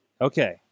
okay